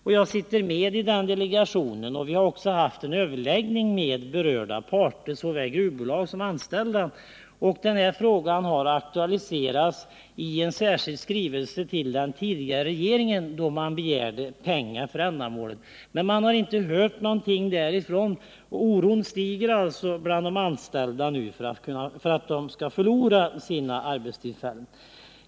Jag är ledamot av Värmlandsdelegationen, och den har haft en överläggning med berörda parter, såväl gruvbolag som anställda. Denna fråga har också aktualiserats i en särskild skrivelse till den tidigare regeringen, där man begärde pengar för ändamålet. Man har dock inte hört något från det hållet, och oron stiger nu bland de anställda för att de skall förlora sina arbetstillfällen.